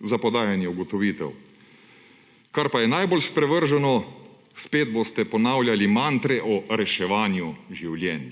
za podajanje ugotovitev. Kar pa je najbolj sprevrženo, spet boste ponavljali mantre o reševanju življenj.